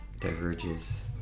diverges